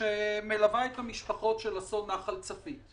שמלווה את המשפחות של אסון נחל צפית.